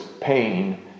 pain